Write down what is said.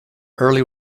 early